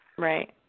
right